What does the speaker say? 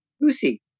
Lucy